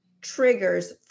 triggers